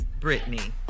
Britney